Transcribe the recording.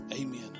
Amen